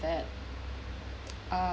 that ah